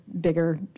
bigger